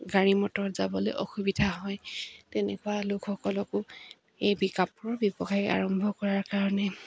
গাড়ী মটৰত যাবলৈ অসুবিধা হয় তেনেকুৱা লোকসকলকো এই কাপোৰৰ ব্যৱসায় আৰম্ভ কৰাৰ কাৰণে